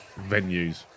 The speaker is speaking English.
venues